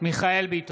מיכאל מרדכי ביטון,